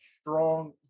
strong